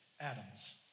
Adams